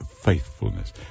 faithfulness